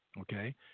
Okay